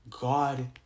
God